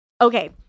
Okay